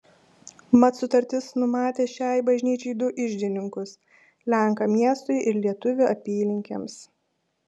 mat sutartis numatė šiai bažnyčiai du iždininkus lenką miestui ir lietuvį apylinkėms